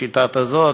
בשיטה כזאת,